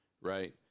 right